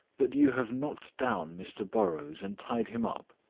that you have knocked down mr burrows and tied him up?